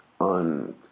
on